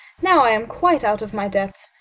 now i am quite out of my depth.